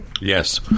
Yes